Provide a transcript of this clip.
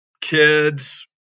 kids